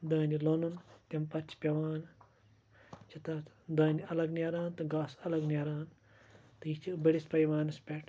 دانہِ لوٗنُن تمہِ پَتہٕ چھُ پیٚوان چھُ تَتھ دانہِ الگ نیران تہٕ گاسہٕ الگ نیران تہٕ یہِ چھُ بٔڑِس پَیمانَس پٮ۪ٹھ